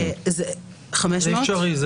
500. זה אפשרי.